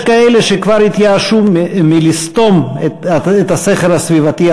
יש כאלה שכבר התייאשו מלסתום את הסכר הסביבתי